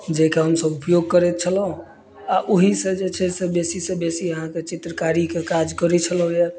जाहिके हमसब उपयोग करैत छलहुॅं आ ओही सऽ जे छै से बेसी सऽ बेसी अहाँके चित्रकारीके काज करै छलौ